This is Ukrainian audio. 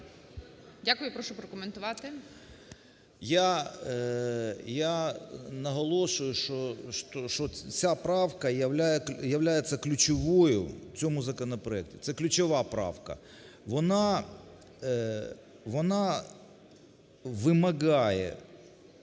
Я наголошую, що ця правка являється ключовою в цьому законопроекті – це ключова правка. Вона вимагає